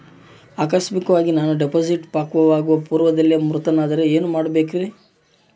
ಆಕಸ್ಮಿಕವಾಗಿ ನಾನು ಡಿಪಾಸಿಟ್ ಪಕ್ವವಾಗುವ ಪೂರ್ವದಲ್ಲಿಯೇ ಮೃತನಾದರೆ ಏನು ಮಾಡಬೇಕ್ರಿ?